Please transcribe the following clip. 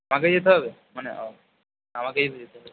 আমাকেই যেতে হবে মানে ও আমাকেই তো যেতে হবে